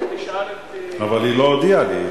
אני שאלתי, אבל היא לא הודיעה לי.